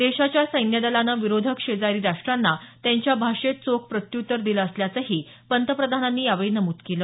देशाच्या सैन्यदलानं विरोधक शेजारी राष्ट्रांना त्यांच्या भाषेत चोख प्रत्युत्तर दिलं असल्याचंही पंतप्रधानांनी यावेळी नमूद केलं